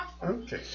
Okay